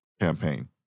campaign